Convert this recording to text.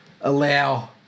allow